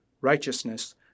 righteousness